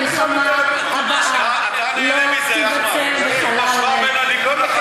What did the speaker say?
המלחמה הבאה לא תיווצר בחלל ריק, אתה נהנה מזה,